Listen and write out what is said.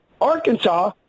Arkansas